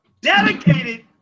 dedicated